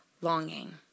longing